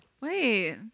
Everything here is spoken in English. Wait